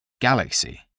galaxy